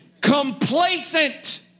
complacent